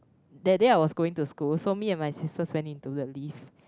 that day I was going to school so me and my sisters went into the lift